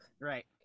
Right